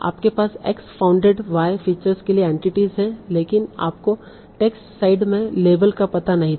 आपके पास X founded Y feature के लिए एंटिटीस है लेकिन आपको टेक्स्ट साइड में लेबल का पता नहीं था